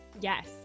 Yes